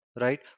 right